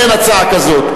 אין הצעה כזאת.